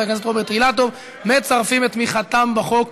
הכנסת רוברט אילטוב מצרפים את תמיכתם בחוק.